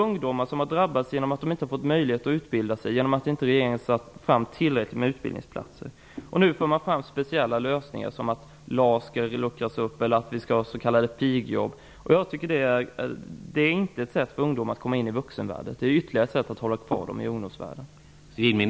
Ungdomar har drabbats, eftersom de inte har fått möjlighet att utbilda sig, på grund av att regeringen inte har tagit fram tillräckligt många utbildningsplatser. Nu för regeringen fram speciella lösningar, t.ex. att LAS skall luckras upp och att vi skall ha s.k. pigjobb. Detta är inte ett sätt att få ungdomar att komma in i vuxenvärlden. Det är ytterligare ett sätt att hålla kvar dem i ungdomsvärlden.